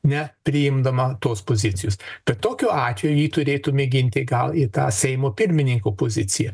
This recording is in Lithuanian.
nepriimdama tos pozicijos kad tokiu atveju jį turėtų mėginti gal į tą seimo pirmininko poziciją